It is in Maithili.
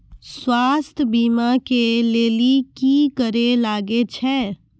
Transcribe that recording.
स्वास्थ्य बीमा के लेली की करे लागे छै?